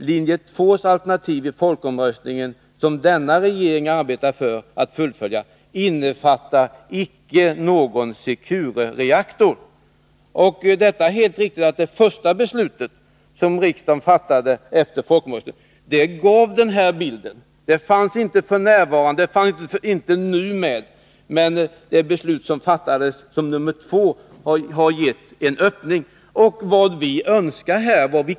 Linje 2:s alternativ i folkomröstningen, som den nu sittande regeringen arbetar för att fullfölja, innefattar icke någon Securereaktor”. Det är helt riktigt att det första beslutet, som riksdagen fattade efter folkomröstningen, gav detta resultat. Där fanns inte Secure med. Men det beslut som fattades som nr 2 våren 1982 har gett en öppning för Secure.